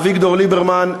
אביגדור ליברמן,